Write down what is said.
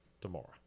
tomorrow